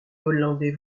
hollandais